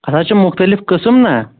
اَتھ حظ چھِ مختلف قٕسم نا